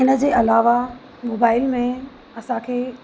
इन जे अलावा मोबाइल में असांखे